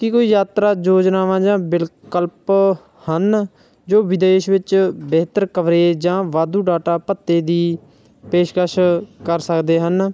ਕੀ ਕੋਈ ਯਾਤਰਾ ਯੋਜਨਾਵਾਂ ਜਾਂ ਵਿਕਲਪ ਹਨ ਜੋ ਵਿਦੇਸ਼ ਵਿੱਚ ਬਿਹਤਰ ਕਵਰੇਜ ਜਾਂ ਵਾਧੂ ਡਾਟਾ ਭੱਤੇ ਦੀ ਪੇਸ਼ਕਸ਼ ਕਰ ਸਕਦੇ ਹਨ